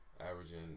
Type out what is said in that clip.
averaging